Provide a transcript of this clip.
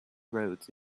roads